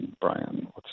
Brian